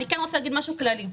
אני רוצה להגיד משהו כללי.